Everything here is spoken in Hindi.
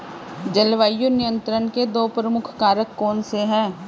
जलवायु नियंत्रण के दो प्रमुख कारक कौन से हैं?